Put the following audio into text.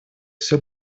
всё